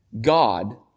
God